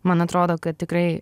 man atrodo kad tikrai